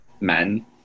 men